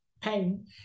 pain